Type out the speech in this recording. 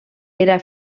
era